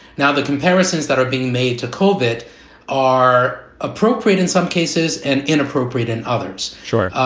now, the comparisons that are being made to kolbert are appropriate in some cases and inappropriate and others short.